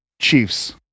Chiefs